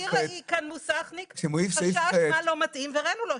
ראי מוסכניק שחשש מה לא מתאים והראנו לו.